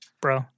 bro